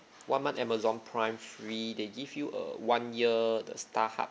one month amazon prime free they give you a one year the starhub